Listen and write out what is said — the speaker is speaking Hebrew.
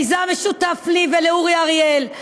מיזם משותף לי ולאורי אריאל.